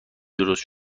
درست